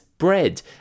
Bread